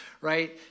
right